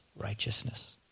righteousness